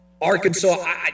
Arkansas